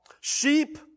sheep